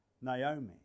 Naomi